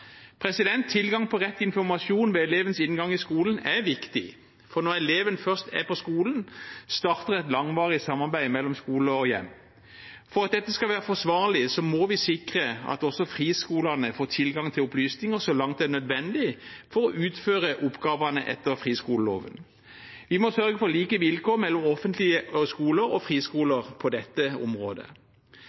Tilgang på rett informasjon ved elevens inngang i skolen er viktig, for når eleven først er på skolen, starter et langvarig samarbeid mellom skole og hjem. For at dette skal være forsvarlig, må vi sikre at også friskolene får tilgang til opplysninger så langt det er nødvendig for å utføre oppgavene etter friskoleloven. Vi må sørge for like vilkår mellom offentlige skoler og friskoler på dette området.